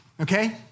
okay